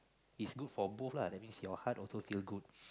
it's good for both lah that means your heart also feel good